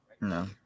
No